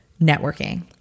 networking